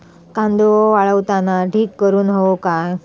कांदो वाळवताना ढीग करून हवो काय?